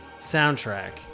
soundtrack